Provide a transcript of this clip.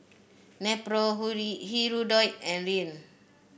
Nepro Hirudoid and Rene